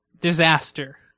disaster